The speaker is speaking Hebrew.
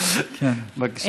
בבקשה.